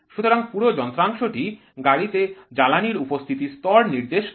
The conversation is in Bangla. সুতরাং পুরো যন্ত্রাংশটি গাড়িতে জ্বালানীর উপস্থিতির স্তর নির্দেশ করে